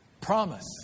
Promise